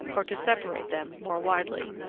or to separate them more widely.